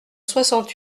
soixante